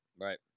right